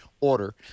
order